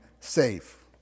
safe